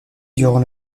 durant